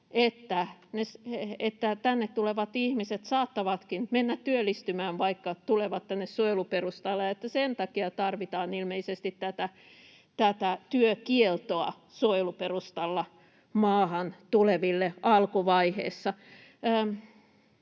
että tänne tulevat ihmiset saattavatkin mennä työllistymään, vaikka tulevat tänne suojeluperustalla, ja sen takia tarvitaan ilmeisesti tätä työkieltoa suojeluperustalla maahan tuleville alkuvaiheessa.